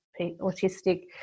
autistic